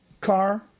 Car